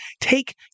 take